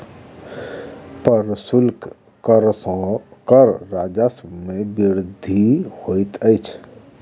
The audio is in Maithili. प्रशुल्क कर सॅ कर राजस्व मे वृद्धि होइत अछि